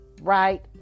right